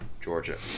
Georgia